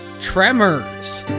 Tremors